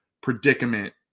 predicament